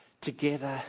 Together